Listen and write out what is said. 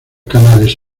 canales